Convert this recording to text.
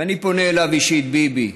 ואני פונה אליו אישית: ביבי,